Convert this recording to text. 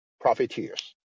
profiteers